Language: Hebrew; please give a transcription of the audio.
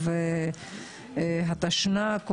התשנ"ה-1995,